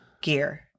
gear